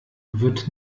wird